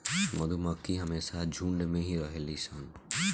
मधुमक्खी हमेशा झुण्ड में ही रहेली सन